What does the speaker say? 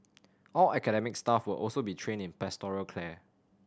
all academic staff will also be trained in pastoral care